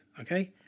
Okay